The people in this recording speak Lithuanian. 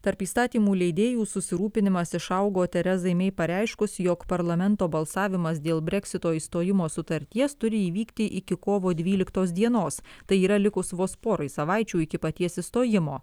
tarp įstatymų leidėjų susirūpinimas išaugo terezai mei pareiškus jog parlamento balsavimas dėl breksito išstojimo sutarties turi įvykti iki kovo dvyliktos dienos tai yra likus vos porai savaičių iki paties išstojimo